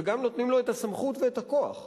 וגם נותנים לו את הסמכות ואת הכוח,